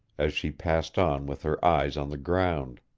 as she passed on with her eyes on the ground.